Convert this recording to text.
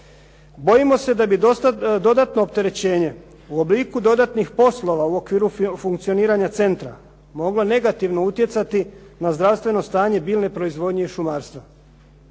Bojimo se da bi dodatno opterećenje u obliku dodatnih poslova, u okviru funkcioniranja centra moglo negativno utjecati na zdravstveno stanje biljne proizvodnje i šumarstva.